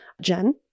Jen